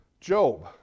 Job